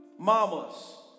Mamas